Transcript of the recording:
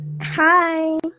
hi